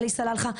עלי סלאלחה.